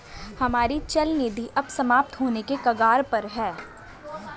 हमारी चल निधि अब समाप्त होने के कगार पर है